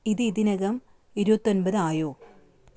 ഇത് ഇതിനകം ഇരുപത്തൊൻപത് ആയോ